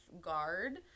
guard